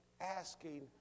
asking